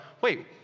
wait